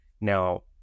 Now